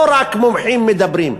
לא רק מומחים מדברים,